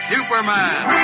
Superman